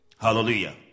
Hallelujah